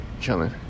chilling